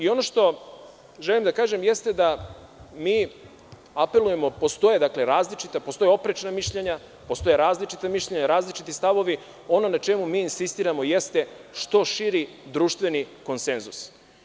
Ono što želim da kažem jeste da mi apelujem, postoje različita, postoje oprečna mišljenja, postoje različita mišljenja, različiti stavovi, ono na čemu mi insistiramo jeste što širi društveni konsenzus.